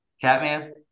Catman